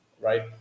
right